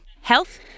Health